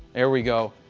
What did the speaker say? there we go,